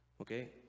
okay